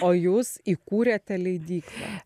o jūs įkūrėte leidyklą